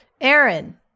Aaron